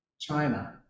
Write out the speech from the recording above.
China